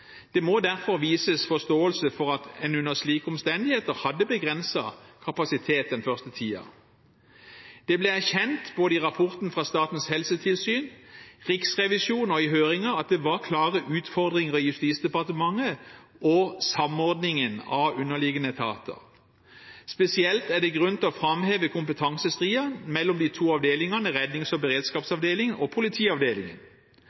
Det må derfor vises forståelse for at en under slike omstendigheter hadde begrenset kapasitet den første tiden. Det ble erkjent, både i rapporten fra Statens helsetilsyn, fra Riksrevisjonen og i høringen, at det var klare utfordringer i Justisdepartementet og i samordningen av underliggende etater. Spesielt er det grunn til å framheve kompetansestridene mellom de to avdelingene, Rednings- og beredskapsavdelingen og Politiavdelingen.